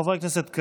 חברי הכנסת,